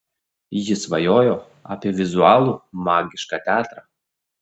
ji svajojo apie vizualų magišką teatrą